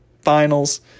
finals